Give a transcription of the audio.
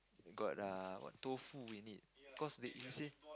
got err what tofu in it cause like you say